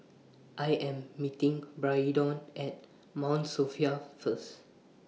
I Am meeting Braedon At Mount Sophia First